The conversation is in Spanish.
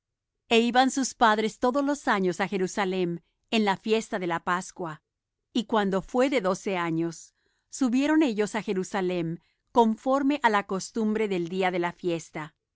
e iban sus padres todos los años á jerusalem en la fiesta de la pascua y cuando fué de doce años subieron ellos á jerusalem conforme á la costumbre del día de la fiesta